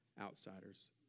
outsiders